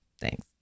Thanks